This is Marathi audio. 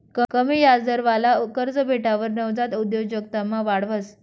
कमी याजदरवाला कर्ज भेटावर नवजात उद्योजकतामा वाढ व्हस